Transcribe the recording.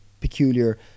peculiar